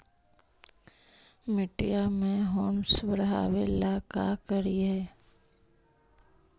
मिट्टियां में ह्यूमस बढ़ाबेला का करिए?